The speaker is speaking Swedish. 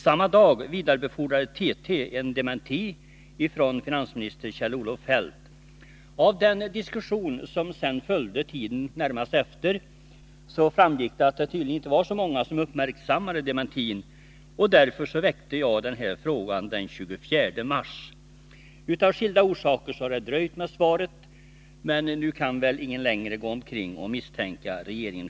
Samma dag vidarebefordrade TT en dementi från finansminister Kjell-Olof Feldt. Av den diskussion som följde under den närmaste tiden efter nämnda datum framgick att det tydligen inte var så många som hade uppmärksammat dementin. Därför väckte jag denna fråga den 24 mars. Av olika orsaker har svaret dröjt. Men nu kan väl ingen gå omkring och hysa misstankar mot regeringen.